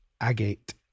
agate